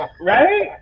right